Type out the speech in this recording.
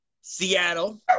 Seattle